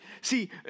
See